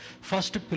First